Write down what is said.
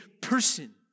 person